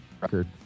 record